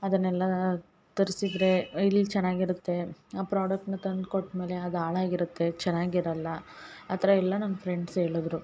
ಅದನ್ನೆಲ್ಲ ತರ್ಸಿದರೆ ಇಲ್ಲಿ ಚೆನ್ನಾಗಿರುತ್ತೆ ಆ ಪ್ರಾಡಕ್ಟ್ನ ತಂದು ಕೊಟ್ಮೇಲೆ ಅದು ಹಾಳಾಗಿರತ್ತೆ ಚೆನ್ನಾಗಿರಲ್ಲ ಆ ಥರ ಎಲ್ಲ ನನ್ನ ಫ್ರೆಂಡ್ಸ್ ಹೇಳದ್ರು